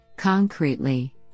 Concretely